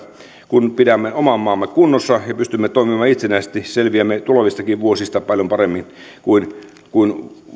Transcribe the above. kun pidämme oman maamme kunnossa ja pystymme toimimaan itsenäisesti selviämme tulevistakin vuosista paljon paremmin kuin